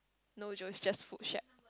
no Joe is just food shack